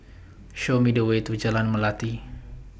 Show Me The Way to Jalan Melati